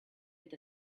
with